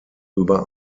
über